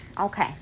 Okay